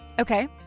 Okay